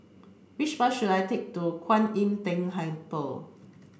which bus should I take to Kuan Im Tng Temple